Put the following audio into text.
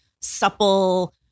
supple